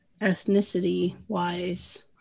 ethnicity-wise